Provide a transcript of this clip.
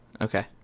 Okay